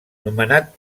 nomenat